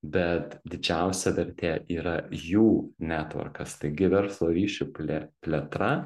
bet didžiausia vertė yra jų netvorkas taigi verslo ryšių plė plėtra